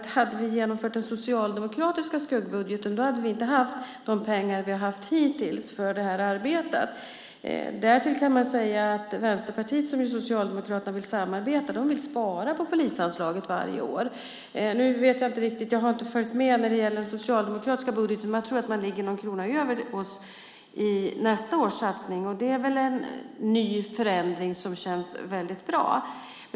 Hade vi genomfört den socialdemokratiska skuggbudgeten hade vi inte haft de pengar vi har haft hittills för det här arbetet. Därtill kan man säga att Vänsterpartiet, som ju Socialdemokraterna vill samarbeta med, vill spara på polisanslaget varje år. Nu har jag inte följt med riktigt när det gäller den socialdemokratiska budgeten, men jag tror att man ligger någon krona över oss när det gäller nästa års satsning, och det är en ny förändring som känns väldigt bra.